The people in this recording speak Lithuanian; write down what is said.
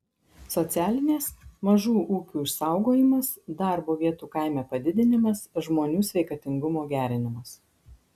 socialinės mažų ūkių išsaugojimas darbo vietų kaime padidinimas žmonių sveikatingumo gerinimas